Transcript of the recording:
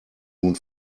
nun